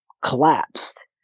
collapsed